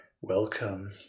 Welcome